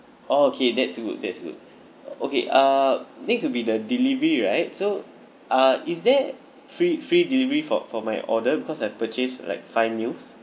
oh okay that's good that's good okay uh need to be the delivery right so uh is there free free delivery for for my order because I've purchased like five meals